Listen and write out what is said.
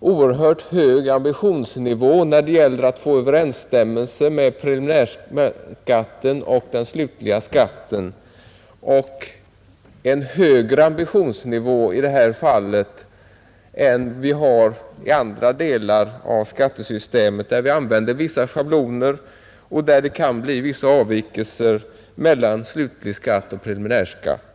oerhört hög ambitionsnivå när det gäller att få överensstämmelse mellan preliminärskatten och den slutliga skatten — en högre ambitionsnivå i det här fallet än vi har i andra delar av skattesystemet, där vi använder vissa schabloner och där det kan bli vissa avvikelser mellan slutlig skatt och preliminär skatt.